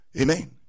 Amen